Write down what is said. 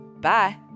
Bye